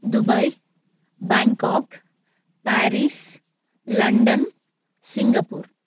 Dubai Bangkok Paris London Singapore